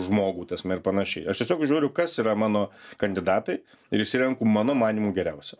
žmogų tas ir panašiai aš tiesiog žiūriu kas yra mano kandidatai ir išsirenku mano manymu geriausią